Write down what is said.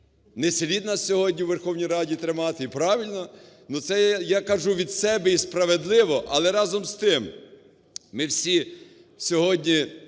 Не слід нас сьогодні у Верховній Раді тримати, і правильно. Ну, це я кажу від себе і справедливо. Але, разом з тим, ми всі сьогодні